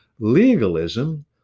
legalism